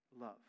love